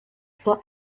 for